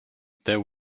there